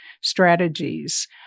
strategies